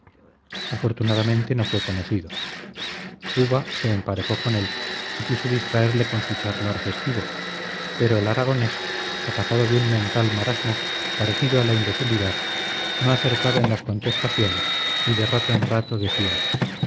afortunadamente no fue conocido uva se emparejó con él y quiso distraerle con su charlar festivo pero el aragonés atacado de un mental marasmo parecido a la imbecilidad no acertaba en las contestaciones y de rato en rato decía